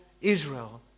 Israel